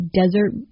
desert